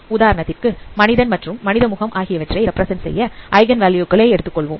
உதாரணத்திற்கு மனிதன் மற்றும் மனித முகம் ஆகியவற்றை ரெப்பிரசன்ட் செய்ய ஐகன் வேல்யூ கள் எடுத்து கொள்வோம்